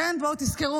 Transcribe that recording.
כן, בואו תזכרו.